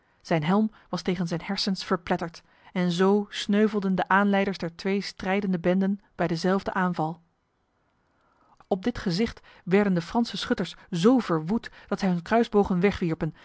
zijn helm was tegen zijn hersens verpletterd en zo sneuvelden de aanleiders der twee strijdende benden bij dezelfde aanval op dit gezicht werden de franse schutters zo verwoed dat zij hun kruisbogen wegwierpen